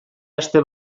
aste